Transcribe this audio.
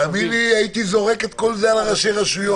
תאמין לי, הייתי זורק את כל זה על ראשי הרשויות.